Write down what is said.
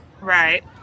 Right